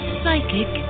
psychic